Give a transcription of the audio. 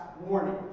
warning